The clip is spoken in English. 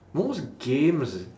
most games